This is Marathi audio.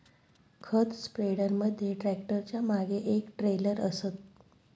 खत स्प्रेडर मध्ये ट्रॅक्टरच्या मागे एक ट्रेलर असतं